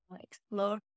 explore